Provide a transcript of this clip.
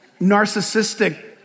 narcissistic